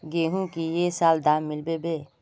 गेंहू की ये साल दाम मिलबे बे?